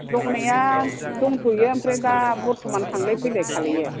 दंनाया दंथ'यो ओमफ्राय दा बरत'मान थांलाय फैलाय खालामो